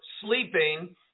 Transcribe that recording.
sleeping